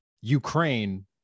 Ukraine